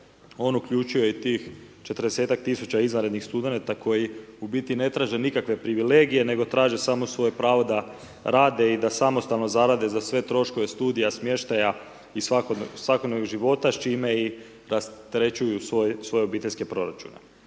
On uključuje i tih 40 tisuća izvanrednih studenata koji u biti ne traže nikakve privilegije, nego traže samo svoje pravo da rade i da samostalno zarade za sve troškove studija, smještaja i svakodnevnog života s čime rasterećuje svoje obiteljske proračune.